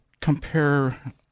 compare